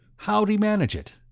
how'd he manage it?